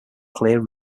clear